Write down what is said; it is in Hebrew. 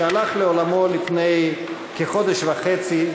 שהלך לעולמו לפני כחודש וחצי,